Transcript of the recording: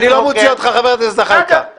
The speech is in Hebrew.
אני לא מוציא אותך, חבר הכנסת זחאלקה.